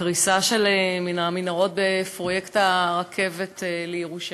הקריסה של המנהרות בפרויקט הרכבת לירושלים.